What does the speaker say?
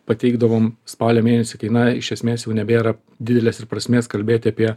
pateikdavom spalio mėnesį kai na iš esmės jau nebėra didelės ir prasmės kalbėt apie